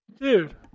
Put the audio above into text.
Dude